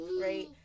right